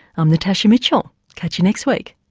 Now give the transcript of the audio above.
i'm natasha mitchell, catch you next week